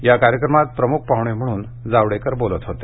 या कार्यक्रमात प्रमुख पाहुणे म्हणून जावडेकर बोलत होते